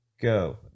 Go